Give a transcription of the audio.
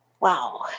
Wow